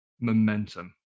momentum